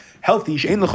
Healthy